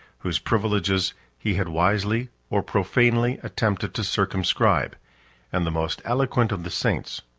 whose privileges he had wisely or profanely attempted to circumscribe and the most eloquent of the saints,